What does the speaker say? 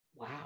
wow